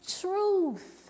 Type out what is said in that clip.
truth